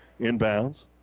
inbounds